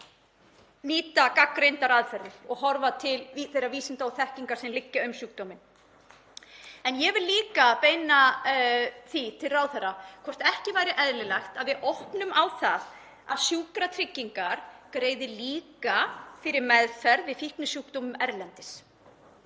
nýta gagnreyndar aðferðir og horfa til þeirra vísinda og þekkingar sem til er um sjúkdóminn. En ég vil líka beina því til ráðherra hvort ekki væri eðlilegt að við opnum á það að Sjúkratryggingar greiði líka fyrir meðferð við fíknisjúkdómum erlendis.